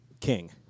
King